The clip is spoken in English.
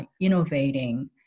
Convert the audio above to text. innovating